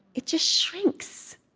it just shrinks.